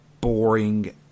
boring